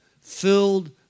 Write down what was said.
filled